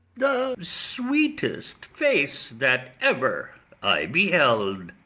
the sweetest face that ever i beheld!